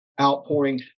outpouring